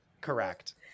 Correct